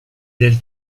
del